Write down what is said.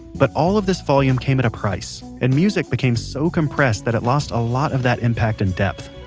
but all of this volume came at a price, and music became so compressed that it lost a lot of that impact and depth.